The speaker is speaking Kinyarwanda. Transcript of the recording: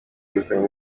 yegukanye